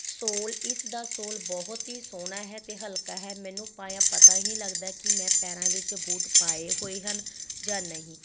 ਸੋਲ ਇਸ ਦਾ ਸੋਲ ਬਹੁਤ ਹੀ ਸੋਹਣਾ ਹੈ ਅਤੇ ਹਲਕਾ ਹੈ ਮੈਨੂੰ ਪਾਇਆ ਪਤਾ ਵੀ ਨਹੀਂ ਲੱਗਦਾ ਕਿ ਮੈਂ ਪੈਰਾਂ ਵਿੱਚ ਬੂਟ ਪਾਏ ਹੋਏ ਹਨ ਜਾਂ ਨਹੀਂ